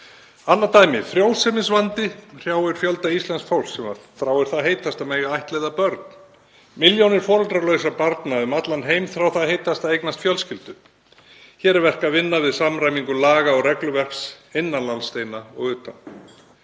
Annað dæmi. Frjósemisvandi hrjáir fjölda íslensks fólks sem þráir það heitast að mega ættleiða börn. Milljónir foreldralausra barna um allan heim þrá það heitast að eignast fjölskyldu. Hér er verk að vinna við samræmingu laga og regluverks innan landsteina og utan.